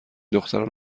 دختران